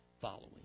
following